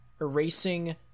erasing